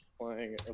playing